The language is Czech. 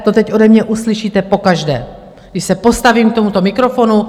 To teď ode mě uslyšíte pokaždé, když se postavím k tomuto mikrofonu.